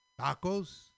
Tacos